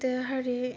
ते साढ़े